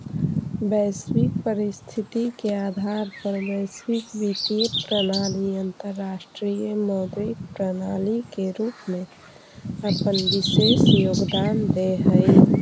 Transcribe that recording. वैश्विक परिस्थिति के आधार पर वैश्विक वित्तीय प्रणाली अंतरराष्ट्रीय मौद्रिक प्रणाली के रूप में अपन विशेष योगदान देऽ हई